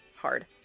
hard